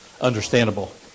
understandable